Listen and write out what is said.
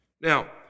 Now